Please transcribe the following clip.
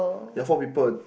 ya four people